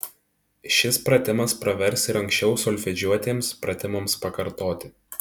šis pratimas pravers ir anksčiau solfedžiuotiems pratimams pakartoti